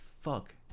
fuck